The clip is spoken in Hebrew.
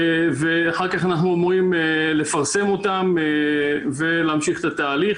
ואחר-כך אנחנו אמורים לפרסם אותן ולהמשיך את התהליך.